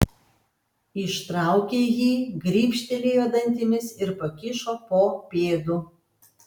ištraukė jį gribštelėjo dantimis ir pakišo po pėdu